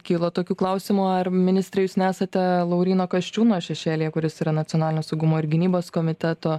kyla tokių klausimų ar ministre jūs nesate lauryno kasčiūno šešėlyje kuris yra nacionalinio saugumo ir gynybos komiteto